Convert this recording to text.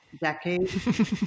decade